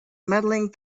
medaling